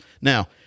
Now